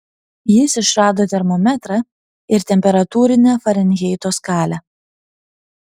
jis išrado termometrą ir temperatūrinę farenheito skalę